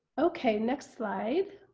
okay. next slide.